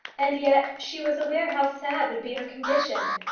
and yet she was aware how sad would be her condition.